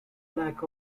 lack